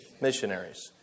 Missionaries